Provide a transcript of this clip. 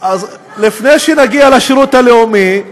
שירות לאומי,